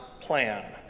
plan